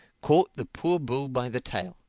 caught the poor bull by the tail.